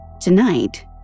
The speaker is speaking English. Tonight